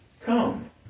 come